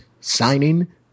signing